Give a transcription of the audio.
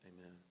amen